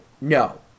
No